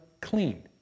clean